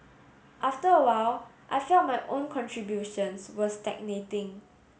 after a while I felt my own contributions were stagnating